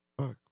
Fuck